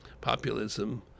populism